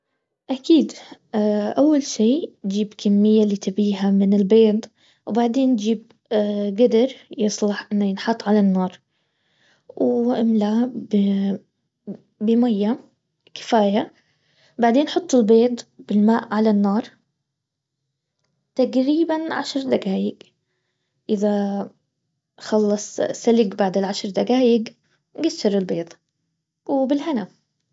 اكيد اول شي جيب كمية اللي تبيها من البيض وبعدين جيب قدر يصلح انه ينحط على النار واملا بمية كفاية بعدين حط البيض بالماء على النار تقريبا عشان اذا خلصت سلق بعد العشر دقايق قفل البيض وبالهنا